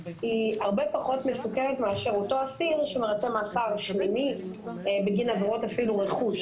היא הרבה פחות מסוכנת מאשר אותו אסיר שמרצה מאסר שמיני בגין עבירות רכוש